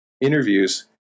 interviews